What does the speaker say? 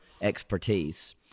expertise